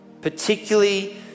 particularly